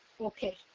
Okay